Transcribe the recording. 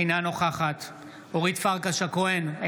אינה נוכחת אורית פרקש הכהן,